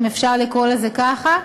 אם אפשר לקרוא לזה כך,